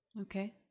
Okay